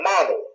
model